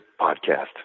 Podcast